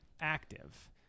active